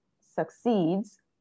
succeeds